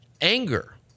anger